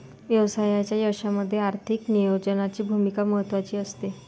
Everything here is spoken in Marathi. व्यवसायाच्या यशामध्ये आर्थिक नियोजनाची भूमिका महत्त्वाची असते